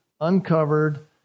uncovered